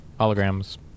holograms